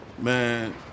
Man